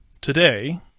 today